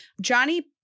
Johnny